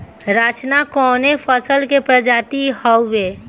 रचना कवने फसल के प्रजाति हयुए?